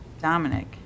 Dominic